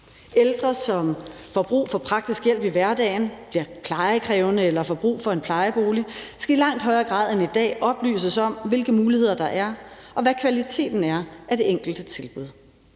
Ældre, som får brug for praktisk hjælp i hverdagen, bliver plejekrævende eller får brug for en plejebolig, skal i langt højere grad end i dag oplyses om, hvilke muligheder der er, og hvad kvaliteten er af det enkelte tilbud.